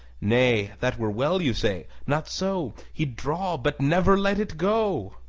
nay, that were well, you say. not so he'd draw but never let it go!